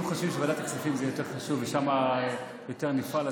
אם חושבים שוועדת כספים זה יותר חשוב וששם נפעל יותר,